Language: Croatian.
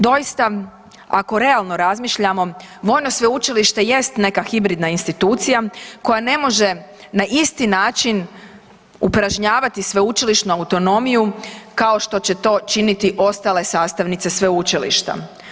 Doista, ako realno razmišljamo vojno sveučilište jest neka hibridna institucija koja ne može na isti način upražnjavati sveučilišnu autonomiju kao što će to činiti ostale sastavnice sveučilišta.